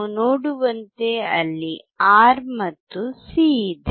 ನಾವು ನೋಡುವಂತೆ ಅಲ್ಲಿ R ಮತ್ತು C ಇದೆ